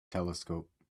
telescope